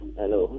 hello